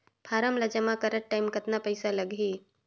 Form ला जमा करत टाइम कतना पइसा लगही?